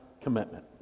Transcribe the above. commitment